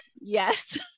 Yes